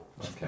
okay